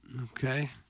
Okay